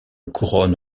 couronne